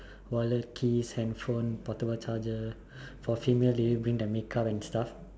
wallet keys handphone portable charger for female they bring their make up and stuff